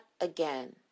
again